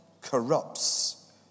corrupts